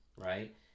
right